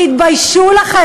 תתביישו לכם.